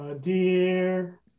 dear